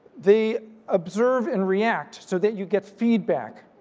they observe and react so that you get feedback.